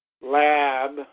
lab